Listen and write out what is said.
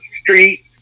street